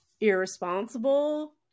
irresponsible